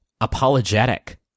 apologetic